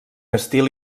estil